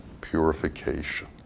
purification